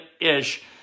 ish